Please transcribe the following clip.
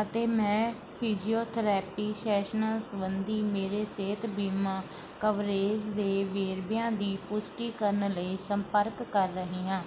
ਅਤੇ ਮੈਂ ਫਿਜੀਓਥਰੈਪੀ ਸ਼ੈਸ਼ਨਾਂ ਸੰਬੰਧੀ ਮੇਰੇ ਸਿਹਤ ਬੀਮਾ ਕਵਰੇਜ ਦੇ ਵੇਰਵਿਆਂ ਦੀ ਪੁਸ਼ਟੀ ਕਰਨ ਲਈ ਸੰਪਰਕ ਕਰ ਰਹੀ ਹਾਂ